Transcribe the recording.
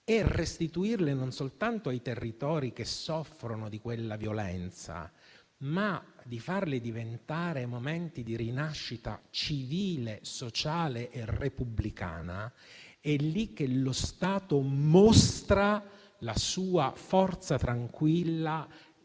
di restituirle non soltanto ai territori che soffrono di quella violenza, ma di farli diventare momenti di rinascita civile, sociale e repubblicana, è lì che mostra la sua forza tranquilla,